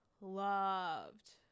loved –